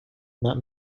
not